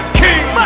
king